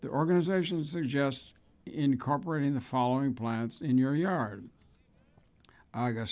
their organizations are just incorporating the following plants in your yard i guess